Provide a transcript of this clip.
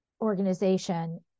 organization